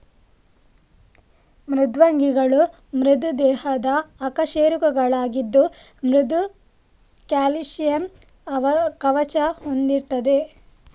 ಮೃದ್ವಂಗಿಗಳು ಮೃದು ದೇಹದ ಅಕಶೇರುಕಗಳಾಗಿದ್ದು ಮೃದು ಕ್ಯಾಲ್ಸಿಯಂ ಕವಚ ಹೊಂದಿರ್ತದೆ